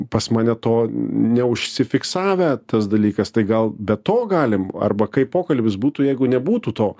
pas mane to neužsifiksavę tas dalykas tai gal be to galim arba kaip pokalbis būtų jeigu nebūtų to